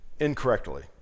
incorrectly